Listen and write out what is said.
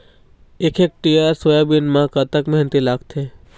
एक hectare soybean म कतक मेहनती लागथे?